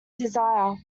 desire